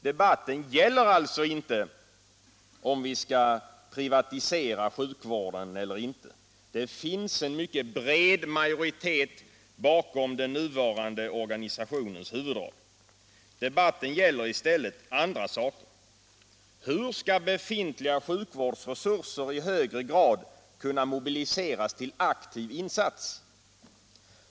Debatten gäller alltså inte om vi skall privatisera sjukvården eller inte. Det finns en mycket bred majoritet bakom den nuvarande organisationens huvuddrag. Debatten gäller i stället andra saker. Hur skall befintliga sjukvårdsresurser i högre grad kunna mobiliseras till aktiva insatser?